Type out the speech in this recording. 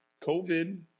COVID